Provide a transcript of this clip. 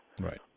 Right